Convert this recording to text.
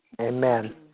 Amen